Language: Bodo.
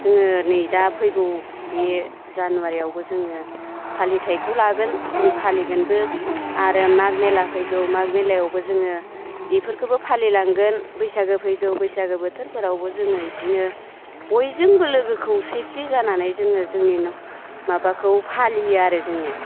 जोङो नै दा फैगौ बे जानुवारियावबो जोङो फालिथायखौ लागोन जों फालिगोनबो आरो माग मेला फैगौ माग मेलायावबो जोङो इफोरखौबो फालि लांगोन बैसागो फैगौ बैसागो बोथोरफोरावबो जोङो इदिनो बयजोंबो लोगो खौसेथि जानानै जोङो जोंनि माबाखौ फालियो आरो जोङो